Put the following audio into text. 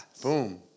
Boom